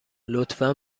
لطفا